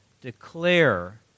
declare